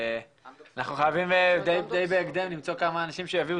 אנחנו חייבים די בהקדם למצוא כמה אנשים שיביאו